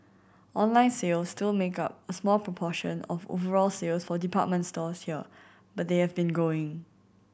online sales still make up a small proportion of overall sales for department stores here but they have been growing